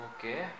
Okay